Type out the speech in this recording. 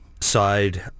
side